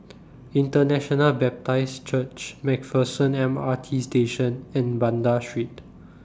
International Baptist Church MacPherson M R T Station and Banda Street